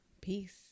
Peace